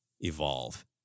evolve